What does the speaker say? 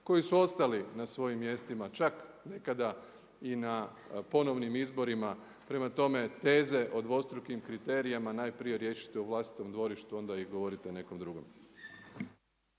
koji su ostali na svojim mjestima, čak nekada i na ponovnim izborima. Prema tome teze o dvostrukim kriterijima najprije riješite u vlastitom dvorištu onda ih govorite nekom drugom.